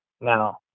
now